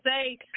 say